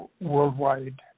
worldwide